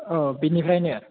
औ बेनिफ्रायनो